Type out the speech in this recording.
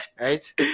right